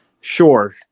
sure